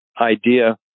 idea